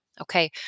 Okay